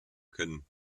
können